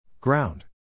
Ground